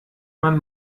man